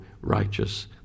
righteous